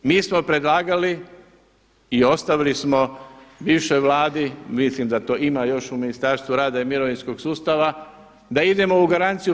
Mi smo predlagali i ostavili smo bivšoj Vladi, mislim da to još ima u Ministarstvu rada i mirovinskog sustava da idemo u garanciju 50+